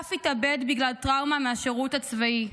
אסף התאבד בגלל טראומה מהשירות הצבאי.